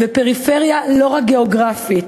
ופריפריה לא רק גיאוגרפית.